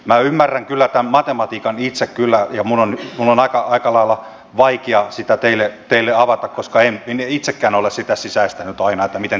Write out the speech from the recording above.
minä ymmärrän kyllä tämän matematiikan itse ja minun on aika lailla vaikea sitä teille avata koska en itsekään ole sitä sisäistänyt aina miten tämä menee